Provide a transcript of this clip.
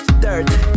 Dirt